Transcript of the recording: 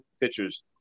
pitchers